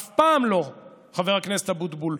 אף פעם לא, חבר הכנסת אבוטבול,